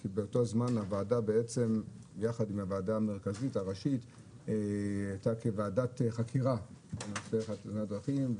היא שימשה יחד עם הוועדה המרכזית כוועדת חקירה לתאונות דרכים.